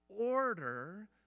order